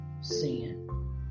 sin